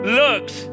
looks